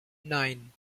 nine